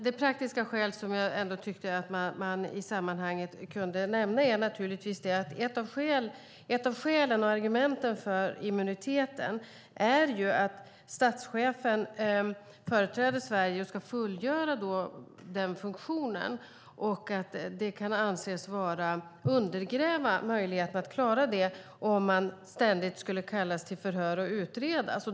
Det praktiska skälet och argumentet för immuniteten som man i sammanhanget kan nämna är naturligtvis att statschefen företräder Sverige och ska fullgöra den funktionen och att det kan anses undergräva möjligheten att klara detta om han ständigt skulle kallas till förhör och utredas.